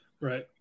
Right